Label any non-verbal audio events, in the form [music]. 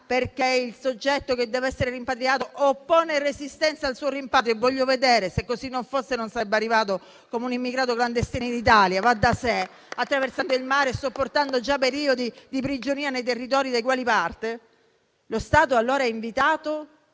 perché il soggetto che dev'essere rimpatriato oppone resistenza al suo rimpatrio (e vorrei vedere: se così non fosse, va da sé che non sarebbe arrivato come immigrato clandestino in Italia, [applause] attraversando il mare e sopportando periodi di prigionia nei territori dai quali parte), lo Stato è allora invitato